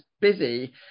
busy